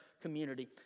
community